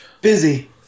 busy